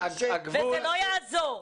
וזה לא יעזור.